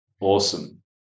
Awesome